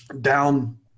down